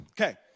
Okay